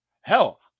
Hell